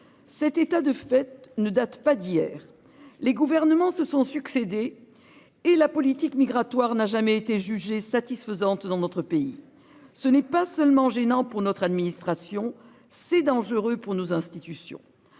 Cet état de fait ne date pas d'hier. Les gouvernements se sont succédé et la politique migratoire n'a jamais été jugées satisfaisantes dans notre pays. Ce n'est pas seulement gênant pour notre administration, c'est dangereux pour nos institutions.